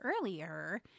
earlier